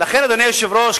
אדוני היושב-ראש,